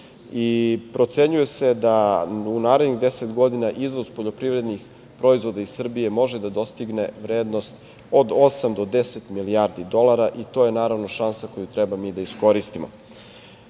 Procenjuje se da u narednih deset godina izvoz poljoprivrednih proizvoda iz Srbije može da dostigne vrednost od osam do deset milijardi dolara i to je, naravno, šansa koju treba mi da iskoristimo. Primer